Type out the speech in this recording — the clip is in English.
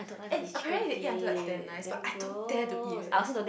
and apparently they eat until like damn nice but I don't dare to eat eh